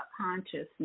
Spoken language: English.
consciousness